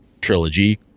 trilogy